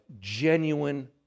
genuine